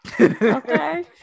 Okay